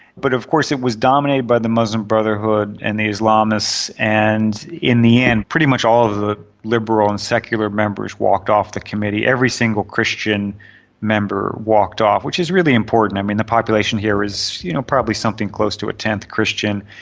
but of course it was dominated by the muslim brotherhood and the islamists, and in the end pretty much all of the liberal and secular members walked off the committee. every single christian member walked off, which is really important, i mean, the population here is you know probably something close to a tenth christian.